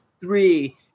three